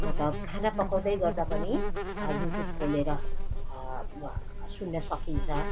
मतलब खाना पकाउँदै गर्दा पनि युट्युब खोलेर सुन्न सकिन्छ